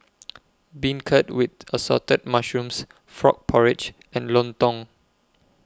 Beancurd with Assorted Mushrooms Frog Porridge and Lontong